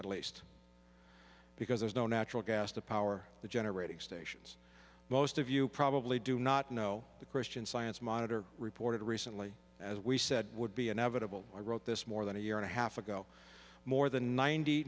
at least because there's no natural gas to power the generating stations most of you probably do not know the christian science monitor reported recently as we said would be inevitable i wrote this more than a year and a half ago more than ninety